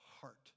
heart